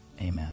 Amen